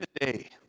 today